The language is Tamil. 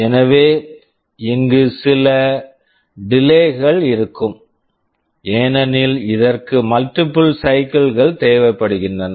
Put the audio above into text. எனவே இங்கு சில டிலேய் delay கள் இருக்கும் ஏனெனில் இதற்கு மல்ட்டிப்பிள் சைக்கிள்ஸ் multiple cycles கள் தேவைப்படுகின்றன